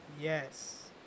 Yes